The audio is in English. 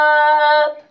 up